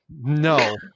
No